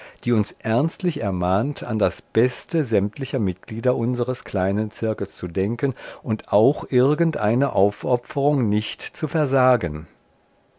die uns ernstlich ermahnt an das beste sämtlicher mitglieder unseres kleinen zirkels zu denken und auch irgendeine aufopferung nicht zu versagen